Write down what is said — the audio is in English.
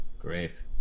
Great